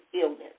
illness